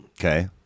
okay